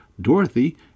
Dorothy